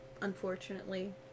unfortunately